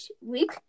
week